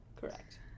correct